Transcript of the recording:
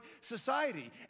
society